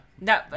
no